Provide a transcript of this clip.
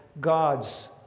God's